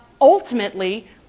ultimately